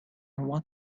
what